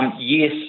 Yes